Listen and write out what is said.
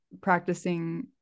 practicing